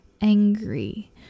angry